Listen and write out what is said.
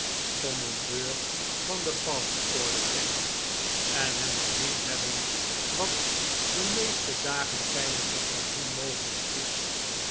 commandeur van de bathorde kennen en hem gezien hebben wat de meeste dagen tijdens het seizoen mogelijk is